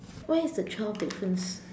what is the twelve difference